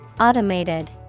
Automated